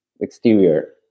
exterior